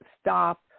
stop